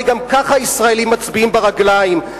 הרי גם ככה ישראלים מצביעים ברגליים,